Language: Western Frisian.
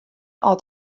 oft